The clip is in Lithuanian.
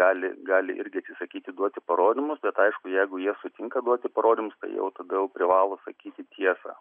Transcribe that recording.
gali gali irgi atsisakyti duoti parodymus bet aišku jeigu jie sutinka duoti parodymus tai jau tada jau privalo sakyti tiesą